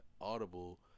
audible